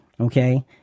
Okay